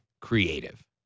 creative